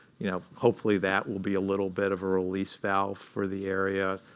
you know hopefully, that will be a little bit of a release valve for the area.